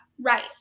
Right